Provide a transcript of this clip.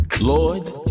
Lord